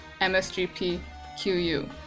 msgpQU